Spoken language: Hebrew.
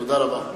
תודה רבה.